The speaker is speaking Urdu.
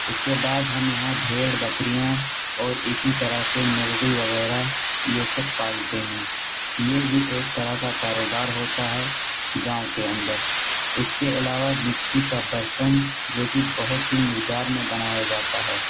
اس کے بعد ہم یہاں بھیڑ بکریاں اور اسی طرح سے مرغی وغیرہ یہ سب پالتے ہیں یہ بھی ایک طرح کا کاروبار ہوتا ہے گاؤں کے اندر اس کے علاوہ مٹّی کا برتن جو کہ بہت ہی مقدار میں بنایا جاتا ہے